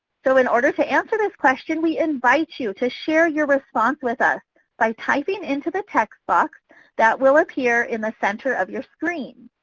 so in order to answer this question, we invite you to share your response with us by typing into the text box that will appear in the center of your screen.